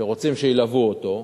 רוצה שילוו אותו,